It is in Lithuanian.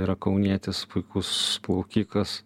yra kaunietis puikus plaukikas